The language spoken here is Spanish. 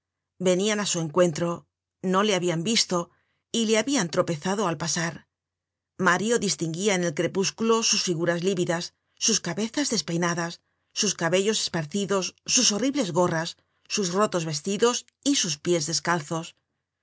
venian á su encuentro no le habian visto y le habian tropezado al pasar mario distinguia en el crepúsculo sus figuras lívidas sus cabezas despeinadas sus cabellos esparcidos sus horribles gorras sus rotos vestidos y sus pies descalzos